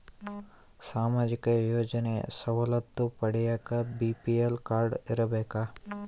ಸಾಮಾಜಿಕ ಯೋಜನೆ ಸವಲತ್ತು ಪಡಿಯಾಕ ಬಿ.ಪಿ.ಎಲ್ ಕಾಡ್೯ ಇರಬೇಕಾ?